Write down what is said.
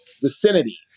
vicinity